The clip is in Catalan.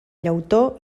llautó